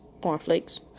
cornflakes